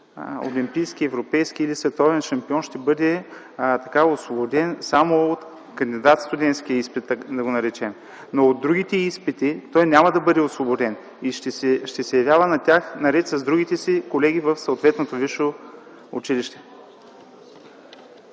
олимпийски, европейски или световен шампион, ще бъде освободен само от кандидатстудентския изпит, да го наречем така. От другите изпити обаче той няма да бъде освободен и ще явява на тях наред с другите си колеги в съответното висше училище.